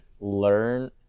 learn